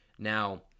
Now